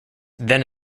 then